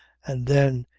and then,